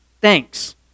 thanks